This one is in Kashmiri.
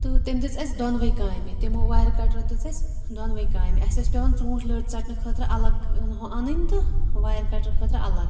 تہٕ تٔمۍ دِژ اسہِ دۄنؤے کامہِ تِمو وایَر کَٹرو دِژ اسہِ دۄنؤے کامہِ اسہِ ٲسۍ پیٚوان ژوٗنٛٹھۍ لٔٹۍ ژَٹنہٕ خٲطرٕ الگ ہُو اَنٕنۍ تہٕ وایَر کٹرٕ خٲطرٕ الگ